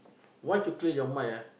once you clear your mind ah